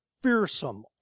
fearsome